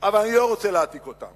אבל אני לא רוצה להעתיק אותן